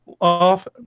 off